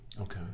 Okay